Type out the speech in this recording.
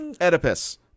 Oedipus